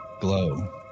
glow